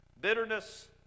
Bitterness